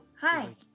hi